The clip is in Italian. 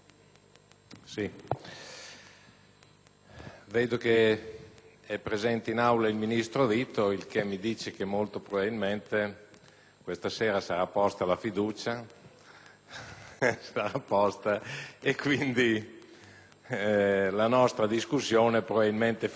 vedo che è presente in Aula il ministro Vito, il che mi dice che molto probabilmente questa sera sarà posta la fiducia. Quindi la nostra discussione probabilmente finisce questa sera